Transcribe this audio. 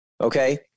Okay